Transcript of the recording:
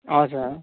हजुर